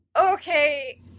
okay